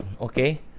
okay